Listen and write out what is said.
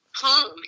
home